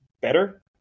better